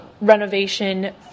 renovation